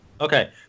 Okay